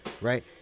Right